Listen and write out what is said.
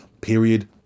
Period